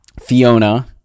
Fiona